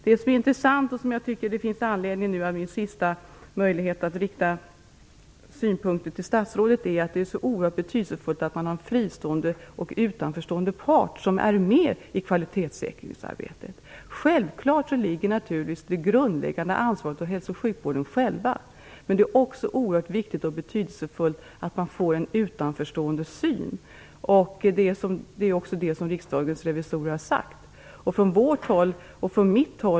Det här är min sista möjlighet att framföra synpunkter till statsrådet i dag, och jag vill då säga att det är oerhört betydelsefullt att man har en fristående och utanförstående part som är med i kvalitetssäkringsarbetet. Självklart ligger det grundläggande ansvaret hos hälso och sjukvården själv, men det är också oerhört viktigt och betydelsefullt att man får en utanförståendes syn. Det har också Riksdagens revisorer uttalat.